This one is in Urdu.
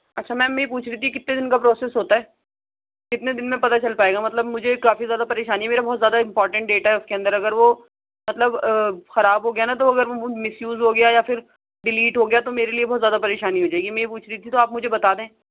اچھا میم میں یہ پوچھ رہی تھی کتے دن کا پروسیس ہوتا ہے کتنے دن میں پتہ چل پائے گا مطلب مجھے کافی زیادہ پریشانی میرا بہت زیادہ امپورٹنٹ ڈاٹا ہے اس کے اندر اگر وہ مطلب خراب ہو گیا نا تو اگر وہ مس یوز ہو گیا یا پھر ڈیلیٹ ہو گیا تو میرے لئے بہت زیادہ پریشانی ہو جائے گی میں یہ پوچھ رہی تھی تو آپ مجھے بتا دیں